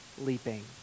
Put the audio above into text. leaping